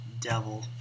devil